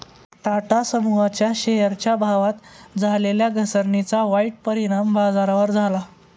टाटा समूहाच्या शेअरच्या भावात झालेल्या घसरणीचा वाईट परिणाम बाजारावर झाला